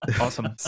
Awesome